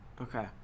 Okay